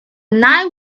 night